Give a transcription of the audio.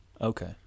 Okay